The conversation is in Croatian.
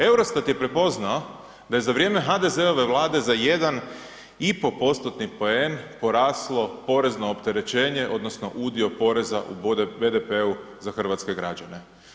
Eurostat je prepoznao da je za vrijeme HDZ-ove Vlade za 1,5% poen poraslo porezno opterećenje odnosno udio poreza u BDP-u za hrvatske građane.